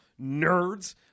nerds